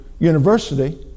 University